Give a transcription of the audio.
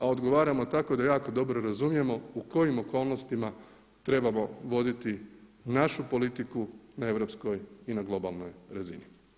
A odgovaramo tako da jako dobro razumijemo u kojim okolnostima trebamo voditi našu politiku na europskoj i na globalnoj razini.